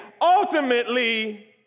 ultimately